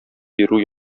бирү